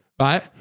right